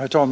för.